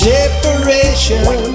Separation